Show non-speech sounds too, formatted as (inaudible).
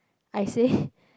I say (breath)